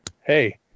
hey